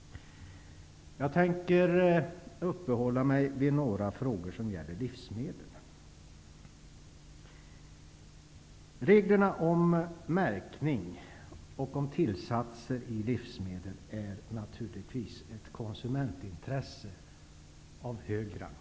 Jag tänker uppehålla mig vid några frågor som gäller livsmedel. Reglerna om märkning och om tillsatser i livsmedel är naturligtvis ett konsumentintresse av hög rang.